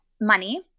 money